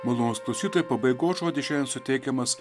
malonūs klausytojsi pabaigos žodis šiandien suteikiamas